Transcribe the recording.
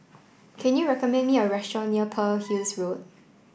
can you recommend me a restaurant near Pearl Hill's Road